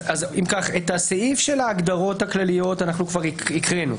אם כך, את הסעיף של ההגדרות הכלליות כבר הקראנו.